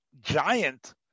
giant